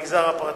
למגזר הפרטי.